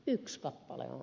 yksi kappale on